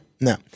No